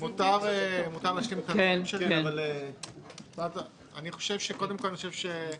קודם כל, אני חושב שהשר